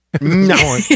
No